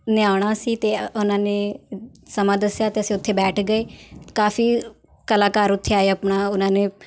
ਨੇ ਆਉਣਾ ਸੀ ਅਤੇ ਉਨ੍ਹਾਂ ਨੇ ਸਮਾਂ ਦੱਸਿਆ ਅਤੇ ਅਸੀਂ ਉੱਥੇ ਬੈਠ ਗਏ ਕਾਫ਼ੀ ਕਲਾਕਾਰ ਉੱਥੇ ਆਏ ਆਪਣਾ ਉਨ੍ਹਾਂ ਨੇ